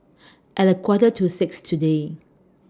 At A Quarter to six today